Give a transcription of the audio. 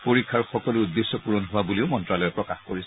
পৰীক্ষাৰ সকলো উদ্দেশ্য পুৰণ হোৱা বুলিও মন্তালয়ে প্ৰকাশ কৰিছে